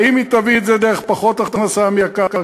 האם היא תביא את זה דרך פחות הכנסה מהקרקע,